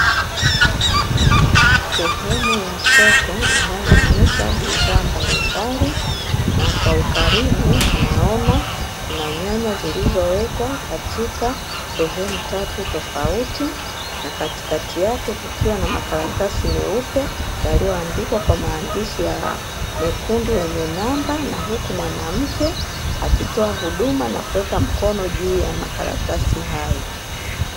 Sehemu ya soko inayoonyesha bidhaa mbalimbali, na kwa ukaribu tunaona kuna nyanya zilizowekwa katika sehemu tatu tofauti, na katikati yake kukiwa na makaratasi meupe, yaliyoandikwa kwa maandishi mekundu yenye namba na huku mwanamke, akitoa huduma na kuweka mkono juu ya makaratasi hayo.